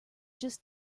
just